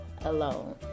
alone